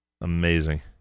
Amazing